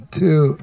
two